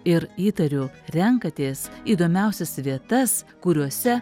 ir įtariu renkatės įdomiausias vietas kuriose